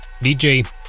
DJ